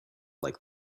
like